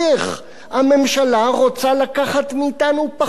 הממשלה רוצה לקחת מאתנו פחות כסף.